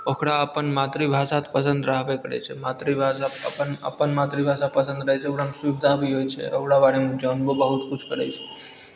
ओकरा अपन मातृभाषा तऽ पसंद रहबे करैत छै मातृभाषा अपन अपन मातृभाषा पसंद रहैत छै ओकरामे सुबिधा भी होयत छै ओकरा बारेमे जानबो बहुत किछु करैत छै